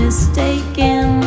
Mistaken